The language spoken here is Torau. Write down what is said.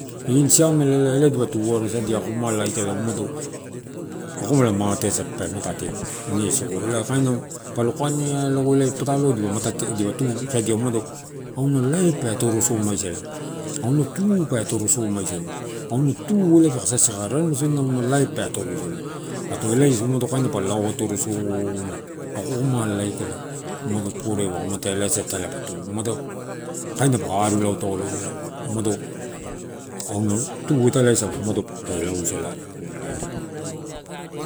Ini siamela ela, ela dipa tu atoro uaisadia ako ako inalala aikala, umado akomala mateasa pe matate ino soro, ela kaina palo kanea lago elae ia patalo dipa matate, dipa tusadia umado auna laip pe atoro soma isala auna tu pe atoro soiuaisale auna tu eiae peka sasaka, rarema sodina auna laip pe atoroisala ato ealaeasa umado kainina pa lao atoro so oma ako ako mala aikava umado porewa, elaeasa italae pa tu, umado kainina paku arua lao taolo umado auna tu italaeasa umado pe lao salasa akomala.